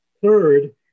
Third